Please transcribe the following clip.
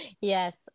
Yes